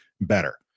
better